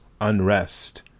unrest